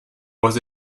was